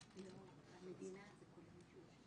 חייבת להיות ידנית או יכולה להיעשות בטכנולוגיה